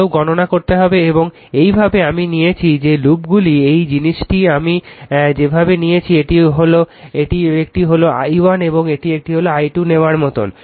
ধরো গণনা করতে হবে এবং এইভাবে আমি নিয়েছি যে লুপগুলি এই জিনিসটি আমি যেভাবে নিয়েছি এটি একটি হল i1 এবং এটি একটি i2 নেওয়ার মতো